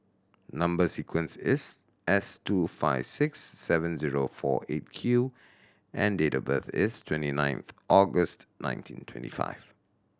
number sequence is S two five six seven zero four Eight Q and date of birth is twenty ninth August nineteen twenty five